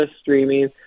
streaming